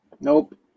Nope